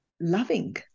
loving